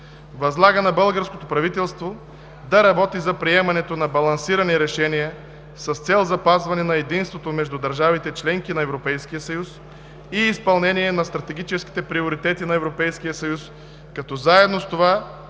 Възлага на българското правителство да работи за приемането на балансирани решения с цел запазване на единството между държавите – членки на Европейския съюз и изпълнение на стратегическите приоритети на Европейския съюз, като заедно с това